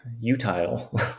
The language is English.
utile